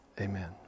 Amen